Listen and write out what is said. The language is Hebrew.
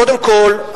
קודם כול,